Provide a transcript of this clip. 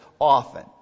often